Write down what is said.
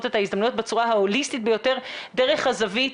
את ההזדמנויות בצורה ההוליסטית ביותר דרך הזווית